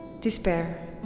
despair